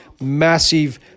massive